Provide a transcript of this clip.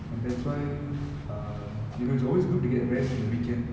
and that's why um you know it's always good to get rest in the weekend